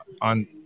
on